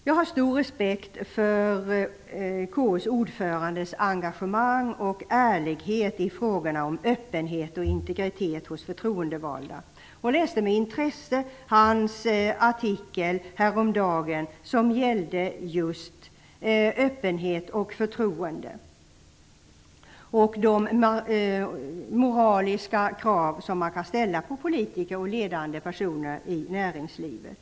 Jag har stor respekt för KU:s ordförandes engagemang och ärlighet i frågorna om öppenhet och integritet hos förtroendevalda och läste med intresse hans artikel häromdagen som gällde just öppenhet och förtroende och de moraliska krav som man kan ställa på politiker och ledande personer i näringslivet.